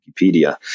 Wikipedia